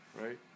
right